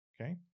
okay